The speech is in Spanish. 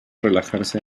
relajarse